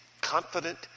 Confident